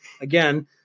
again